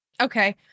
Okay